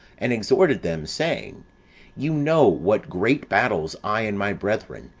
and exhorted them, saying you know what great battles i and my brethren,